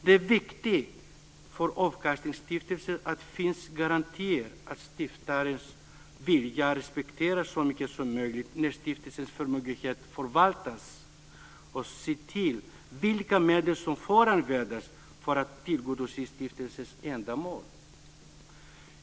Det är viktigt för avkastningsstiftelser att det finns garantier för att stiftarens vilja respekteras så mycket som möjligt när stiftelsens förmögenhet förvaltas och att man ser till vilka medel som får användas för att tjäna stiftelsens ändamål.